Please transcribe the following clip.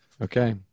Okay